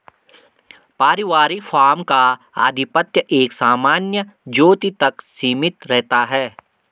पारिवारिक फार्म का आधिपत्य एक सामान्य ज्योति तक सीमित रहता है